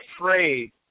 afraid